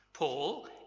Paul